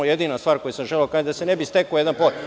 Jedina stvar koju sam želeo da kažem, da se ne bi stekao jedan…